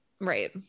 Right